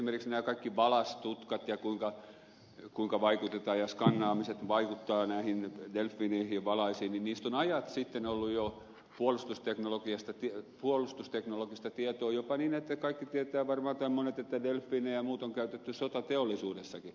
esimerkiksi näistä kaikista valastutkista ja siitä kuinka skannaamiset vaikuttavat delfiineihin ja valaisiin on jo ajat sitten ollut puolustusteknologista tietoa jopa niin että kaikki tai monet tietävät varmaan että delfiinejä ja muuta on käytetty sotateollisuudessakin